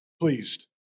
pleased